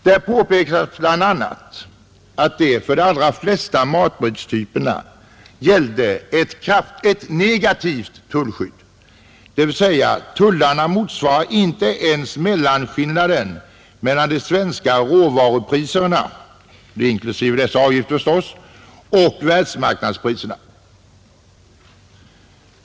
Där påpekas bl.a. att det för de allra flesta matbrödstyperna gällde ett negativt tullskydd, dvs, tullarna motsvarade inte ens mellanskillnaden mellan de svenska råvarupriserna, inklusive dessa avgifter, och världsmarknadspriserna.